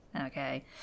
okay